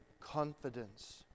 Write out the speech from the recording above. confidence